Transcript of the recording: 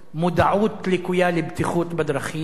מודעות לקויה לבטיחות בדרכים,